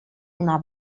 una